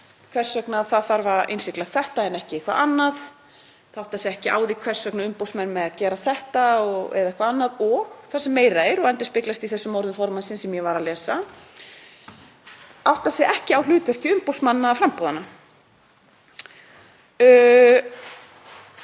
hvers vegna það þarf að innsigla þetta en ekki eitthvað annað. Það áttar sig ekki á því hvers vegna umboðsmenn hafa með þetta að gera eða eitthvað annað og það sem meira er, og endurspeglast í þessum orðum formannsins sem ég var að lesa, átta sig ekki á hlutverki umboðsmanna framboða.